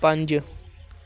ਪੰਜ